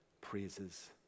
praises